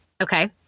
Okay